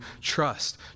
trust